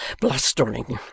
blustering